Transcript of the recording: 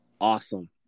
Awesome